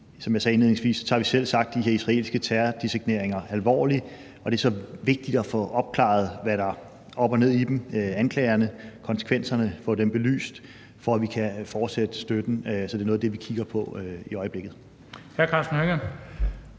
indledningsvis, tager vi selvsagt de her israelske terrordesigneringer alvorligt. Det er så vigtigt at få opklaret, hvad der er op og ned i anklagerne, og få konsekvenserne belyst, for at vi kan fortsætte støtten. Så det er noget af det, vi kigger på i øjeblikket.